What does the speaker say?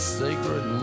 sacred